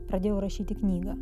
pradėjau rašyti knygą